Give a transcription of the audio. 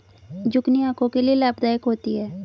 zucchini आंखों के लिए लाभदायक होती है